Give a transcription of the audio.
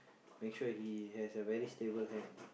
make sure he has a very stable hand